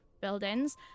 buildings